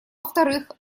вторых